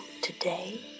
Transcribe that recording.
today